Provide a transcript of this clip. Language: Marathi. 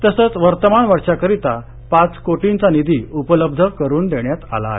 तसंच वर्तमान वर्षाकरिता पाच कोटींचा निधी उपलब्ध करुन देण्यात आलेला आहे